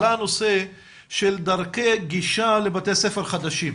עלה הנושא של דרכי גישה לבתי ספר חדשים.